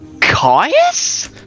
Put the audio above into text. Caius